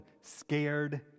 scared